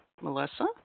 Melissa